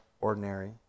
ordinary